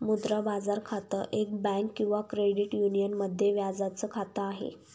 मुद्रा बाजार खातं, एक बँक किंवा क्रेडिट युनियन मध्ये व्याजाच खात आहे